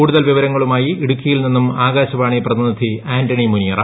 കൂടുതൽ വിവരങ്ങളുമായി ഇടുക്കിയിൽ നിന്നും ആകാശവാണി പ്രതിനിധി ആന്റണി മുനിയറ